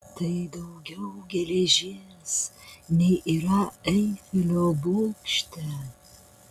tai daugiau geležies nei yra eifelio bokšte